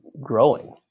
growing